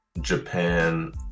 Japan